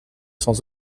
sans